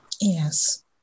Yes